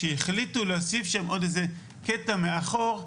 וכשהחליטו להוסיף שם עוד איזה קטע מאחור,